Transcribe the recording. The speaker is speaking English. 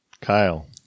Kyle